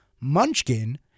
munchkin